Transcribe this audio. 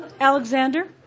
Alexander